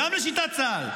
גם לשיטת צה"ל,